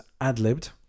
ad-libbed